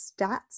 stats